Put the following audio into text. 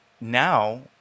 now